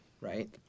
right